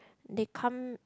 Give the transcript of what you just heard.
they come